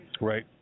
Right